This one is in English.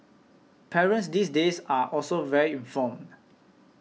parents these days are also very informed